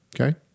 Okay